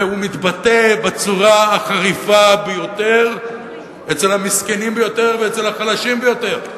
והוא מתבטא בצורה החריפה ביותר אצל המסכנים ביותר ואצל החלשים ביותר.